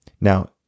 Now